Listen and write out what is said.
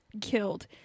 killed